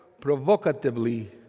provocatively